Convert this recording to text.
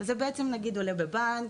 לדוגמה בבנק,